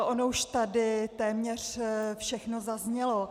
Ono už tady téměř všechno zaznělo.